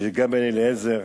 וגם בן-אליעזר.